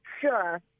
sure